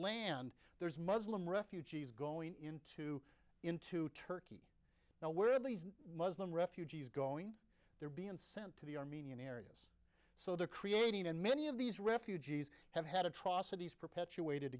land there's muslim refugees going into into turkey now where these muslim refugees going they're being sent to the armenian so they're creating and many of these refugees have had atrocities perpetuated